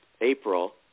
April